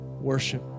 worship